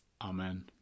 Amen